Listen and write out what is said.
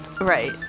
Right